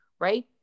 right